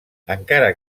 encara